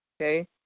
okay